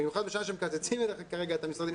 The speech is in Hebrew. במיוחד בשעה שמקצצים כרגע את המשרדים,